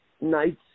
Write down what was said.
nights